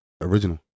original